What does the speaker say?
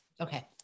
Okay